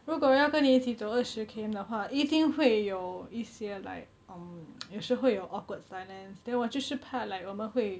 如果我要跟你一起走二十 K_M 的话一定会有一些 like um 有时候有 awkward silence then 我就是怕 like 我们会